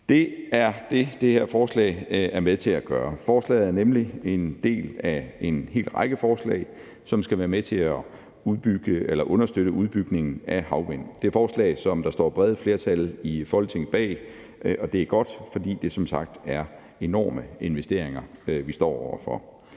Det er det, det her forslag er med til at gøre. Forslaget er nemlig en del af en hel række forslag, som skal være med til at understøtte udbygningen af havvindenergi. Det er forslag, der står brede flertal i Folketinget bag, og det er godt, fordi det som sagt er enorme investeringer, vi står over for.